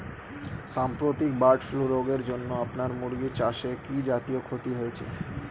সাম্প্রতিক bird flu রোগের জন্য আপনার মুরগি চাষে কি জাতীয় ক্ষতি হয়েছে?